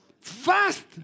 Fast